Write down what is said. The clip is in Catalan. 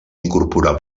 incorporar